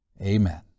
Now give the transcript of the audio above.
Amen